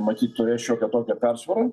matyt turės šiokią tokią persvarą